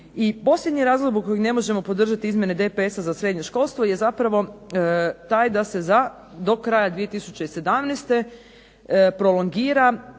I posljednji razlog zbog kojeg ne možemo podržati DPS-a za srednje školstvo to je da se za do kraja 2017. prolongira